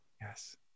yes